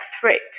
threat